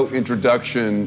introduction